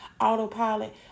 autopilot